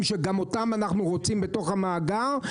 שגם אותם אנחנו רוצים בתוך המאגר.